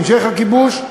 המשך הכיבוש,